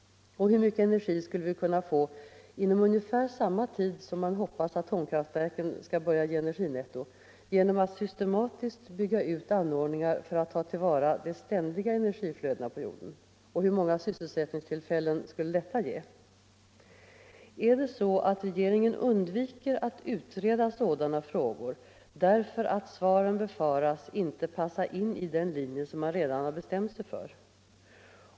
Och hur mycket energi skulle vi kunna få inom ungefär samma tid som man hoppas atomkraftverken skall börja ge energinetto genom att systematiskt bygga ut anordningar för att ta till vara de ständiga energiflödena på jorden? Och hur många sysselsättningstillfällen skulle detta ge? Är det så att regeringen undviker att utreda sådana frågor därför att svaren befaras inte passar ihop med den linje man redan bestämt sig för?